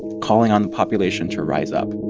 calling on the population to rise up